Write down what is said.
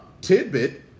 tidbit